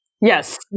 Yes